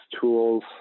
tools